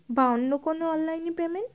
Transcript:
বা অন্য কোনো অনলাইন পেমেন্ট